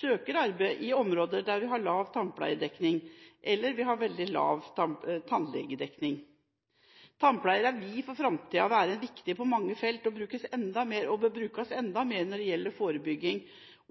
søker arbeid i områder der vi har lav tannpleiedekning, eller der vi har veldig lav tannlegedekning. Tannpleierne vil i framtiden være viktige på mange felt og kan brukes enda mer når det gjelder forebygging